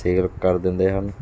sale ਕਰ ਦਿੰਦੇ ਹਨ